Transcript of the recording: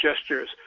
gestures